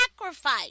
sacrifice